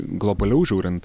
globaliau žiūrint